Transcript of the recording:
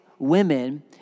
Women